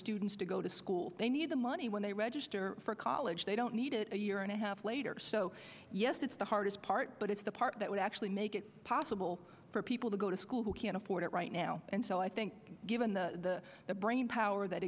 students to go to school they need the money when they register for college they don't need it a year and a half later so yes it's the hardest part but it's the part that would actually make it possible for people to go to school who can't afford it right now and so i think given the brainpower that